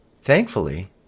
Thankfully